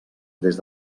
des